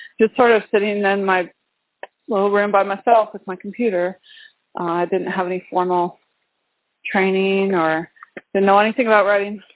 just sort of sitting in my little room by myself, with my computer. i didn't have any formal training or didn't know anything about writing